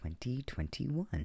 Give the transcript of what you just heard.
2021